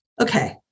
okay